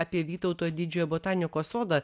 apie vytauto didžiojo botanikos sodą